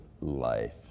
life